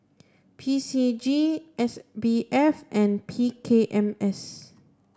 P C G S B F and P K M S